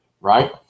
right